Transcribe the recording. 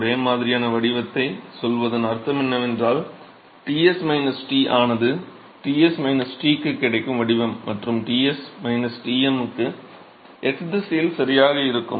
ஒரே மாதிரியான வடிவத்தை சொல்வதன் அர்த்தம் என்னவென்றால் Ts T ஆனது Ts Tக்கு கிடைக்கும் வடிவம் மற்றும் Ts Tm க்கு x திசையில் சரியாக இருக்கும்